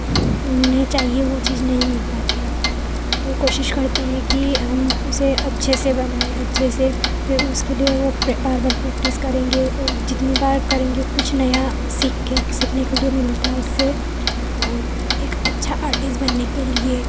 उन्होंने चाहिए वो चीज़ नहीं मिल पाती तो वो कोशिश करते हैं कि हम उसे अच्छे से बनाएँ अच्छे से फिर उसके लिए वो बार बार प्रेक्टिस करेंगे और जितनी बार करेंगे कुछ नया सीख के सीखने के लिए मिलता है इससे और एक अच्छा आर्टिस्ट बनने के लिए